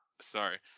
Sorry